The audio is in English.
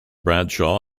bradshaw